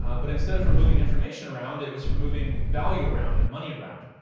um but instead of for moving information around, it was for moving value around and money around.